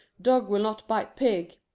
dog will not bite pig,